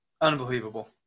Unbelievable